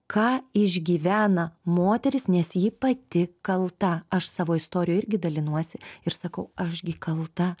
ką išgyvena moteris nes ji pati kalta aš savo istorijoj irgi dalinuosi ir sakau aš gi kalta